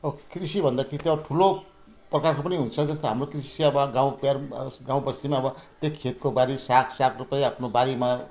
अब कृषि भन्दाखेरि ठुलो प्रकारको पनि हुन्छ जस्तो हाम्रो कृष्य वा गाउँ गाउँबस्तीमा अब त्यो खेतको बारी साग साग रोपाइ आफ्नो बारीमा